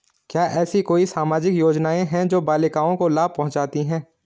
क्या ऐसी कोई सामाजिक योजनाएँ हैं जो बालिकाओं को लाभ पहुँचाती हैं?